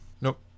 Nope